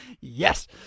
yes